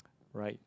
right